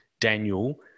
Daniel